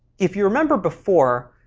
if you remember before,